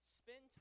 spend